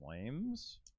flames